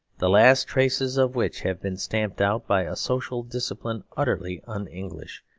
the last traces of which have been stamped out by a social discipline utterly un-english.